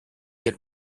get